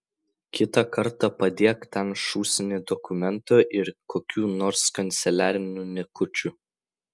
kitą kartą padėk ten šūsnį dokumentų ir kokių nors kanceliarinių niekučių